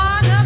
One